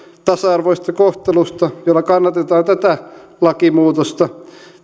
tasa arvoisesta kohtelusta jolla kannatetaan tätä lakimuutosta